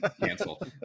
Cancel